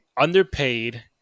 Underpaid